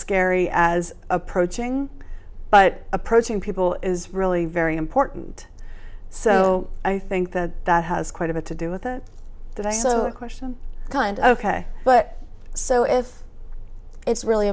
scary as approaching but approaching people is really very important so i think that that has quite a bit to do with it but i also question kind of ok but so if it's really